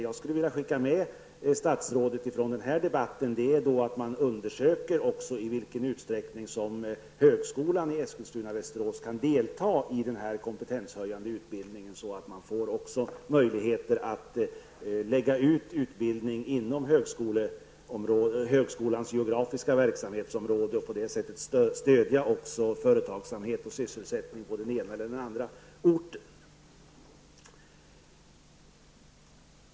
Jag skulle vilja skicka den uppmaningen till statsrådet från denna debatt att man undersöker också i vilken utsträckning högskolan i Eskilstuna och Västerås kan delta i denna kompetenshöjande utbildning, så att man får möjlighet att lägga ut utbildning inom högskolans geografiska verksamhetsområde och på det sättet stödja företagsamhet och sysselsättning på den ena eller andra orten.